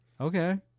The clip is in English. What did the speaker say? okay